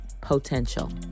potential